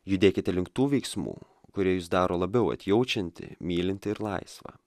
judėkite link tų veiksmų kurie jus daro labiau atjaučiantį mylintį ir laisvą